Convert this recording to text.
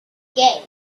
gay